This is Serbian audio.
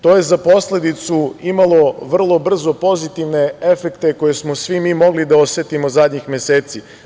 To je za posledicu imalo vrlo brzo pozitivne efekte koje smo svi mi mogli da osetimo zadnjih meseci.